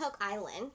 Island